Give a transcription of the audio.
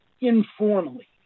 informally